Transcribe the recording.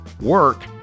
work